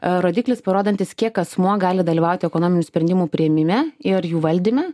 rodiklis parodantis kiek asmuo gali dalyvauti ekonominių sprendimų priėmime ir jų valdyme